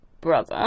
brother